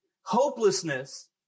Hopelessness